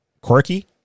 Quirky